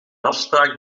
afspraak